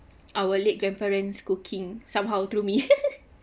our late grandparents cooking somehow through me